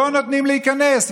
לא נותנים להיכנס,